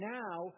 now